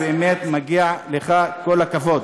באמת מגיע לך כל הכבוד.